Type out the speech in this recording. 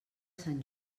sant